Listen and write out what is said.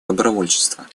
добровольчества